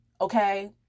okay